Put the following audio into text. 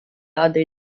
other